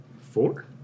four